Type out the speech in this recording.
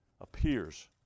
appears